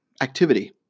activity